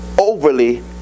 overly